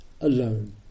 alone